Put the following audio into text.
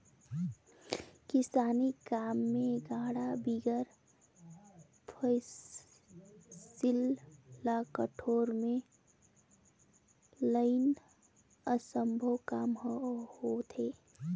किसानी काम मे गाड़ा बिगर फसिल ल कोठार मे लनई असम्भो काम होथे